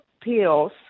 pills